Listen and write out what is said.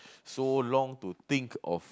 so long to think of